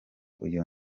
uyu